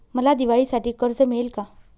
मला दिवाळीसाठी कर्ज मिळेल का?